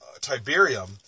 Tiberium